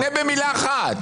תענה במילה אחת.